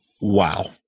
Wow